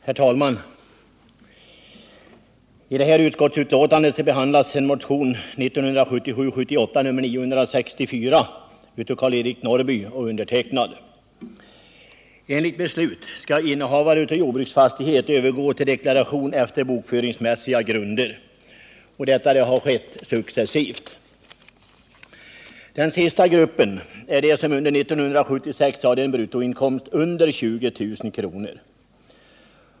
Herr talman! I detta utskottsbetänkande behandlas bl.a. en motion 1977/78:964 av Karl-Eric Norrby och mig. Enligt beslut skall innehavare av jordbruksfastighet övergå till deklaration efter bokföringsmässiga grunder, och detta har skett successivt. Den sista gruppen är de som under 1976 hade en bruttoinkomst under 20 000 kr.